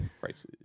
Prices